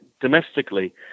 domestically